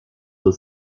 was